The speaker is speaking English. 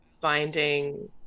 finding